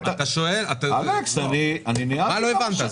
מה לא הבנת?